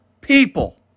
people